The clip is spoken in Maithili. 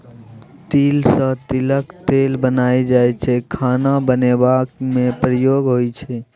तिल सँ तिलक तेल बनाएल जाइ छै खाना बनेबा मे प्रयोग होइ छै